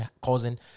causing